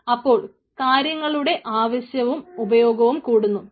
അപ്പോൾ കാര്യങ്ങളുടെ ആവശ്യവും ഉപയോഗവും കൂടുന്നു